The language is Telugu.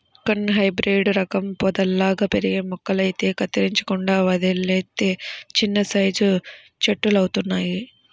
కొన్ని హైబ్రేడు రకం పొదల్లాగా పెరిగే మొక్కలైతే కత్తిరించకుండా వదిలేత్తే చిన్నసైజు చెట్టులంతవుతయ్